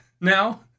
now